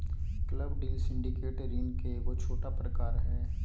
club deal syndicate ऋण के एगो छोटा प्रकार हय